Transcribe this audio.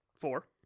four